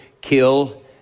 kill